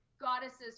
goddesses